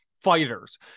fighters